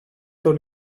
τον